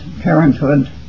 parenthood